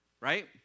right